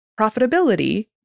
profitability